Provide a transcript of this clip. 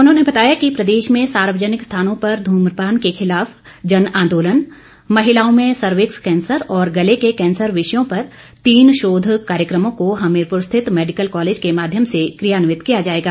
उन्होंने बताया कि प्रदेश में सार्वजनिक स्थानों पर ध्रम्रपान के खिलाफ जनआंदोलन महिलाओं में सर्विक्स कैंसर और गले के कैंसर विषयों पर तीन शोध कार्यक्रमों को हमीरप्र स्थित मैडिकल कॉलेज के माध्यम से कियान्वित किया जाएगा